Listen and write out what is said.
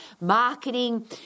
marketing